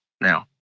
now